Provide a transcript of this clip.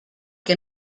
que